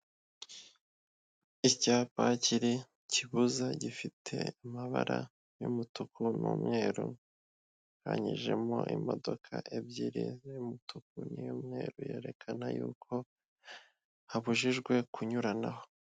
Icyapai kibuza gifite amabara y'umutuku n'umweru hanyijemo imodoka ebyiri z'umutuku n'umweru yerekana y'uko habujijwe kunyuranaho.